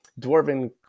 dwarven